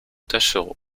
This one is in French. taschereau